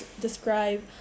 describe